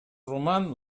roman